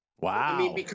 Wow